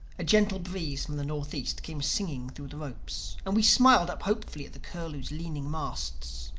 a gentle breeze from the northeast came singing through the ropes and we smiled up hopefully at the curlew's leaning masts.